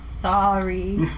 Sorry